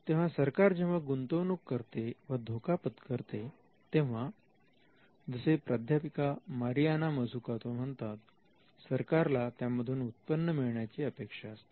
तेव्हा सरकार जेव्हा गुंतवणूक करते व धोका पत्करते तेव्हा जसे प्राध्यापिका मारियाना मझूकतो म्हणतात सरकारला त्यामधून उत्पन्न मिळण्याची अपेक्षा असते